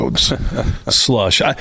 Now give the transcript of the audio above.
Slush